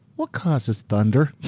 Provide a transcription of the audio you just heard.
what causes thunder?